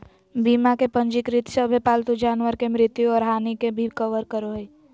बीमा में पंजीकृत सभे पालतू जानवर के मृत्यु और हानि के भी कवर करो हइ